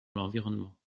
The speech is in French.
l’environnement